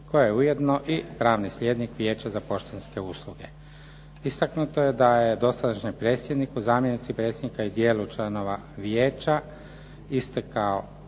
koja je ujedno i pravni sljednik Vijeća za poštanske usluge. Istaknuto je da je dosadašnjem predsjedniku, zamjenici predsjednika i dijelu članova Vijeća istekao